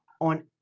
on